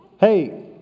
Hey